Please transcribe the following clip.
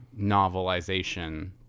novelization